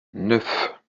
neuf